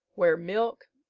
where milk,